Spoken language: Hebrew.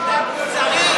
מוסרי,